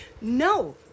No